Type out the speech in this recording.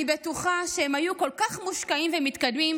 אני בטוחה שהם היו כל כך מושקעים ומתקדמים,